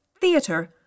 theatre